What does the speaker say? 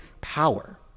power